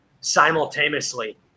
simultaneously